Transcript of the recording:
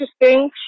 interesting